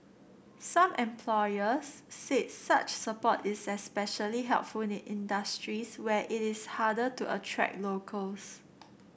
some employers said such support is especially helpful in industries where it is harder to attract locals